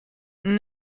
nous